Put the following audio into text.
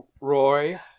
Roy